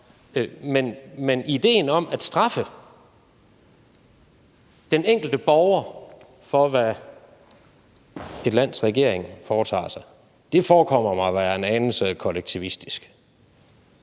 Men idéen om at straffe den enkelte borger for, hvad et lands regering foretager sig, forekommer mig at være en anelse kollektivistisk,